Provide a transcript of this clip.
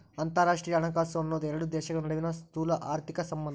ಅಂತರರಾಷ್ಟ್ರೇಯ ಹಣಕಾಸು ಅನ್ನೋದ್ ಎರಡು ದೇಶಗಳ ನಡುವಿನ್ ಸ್ಥೂಲಆರ್ಥಿಕ ಸಂಬಂಧ